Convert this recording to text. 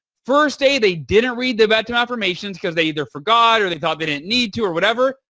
first day they didn't read the bedtime affirmations because they either forgot or they thought they didn't need to or whatever,